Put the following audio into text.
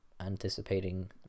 anticipating